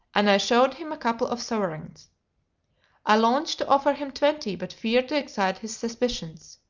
and i showed him a couple of sovereigns i longed to offer him twenty, but feared to excite his suspicions.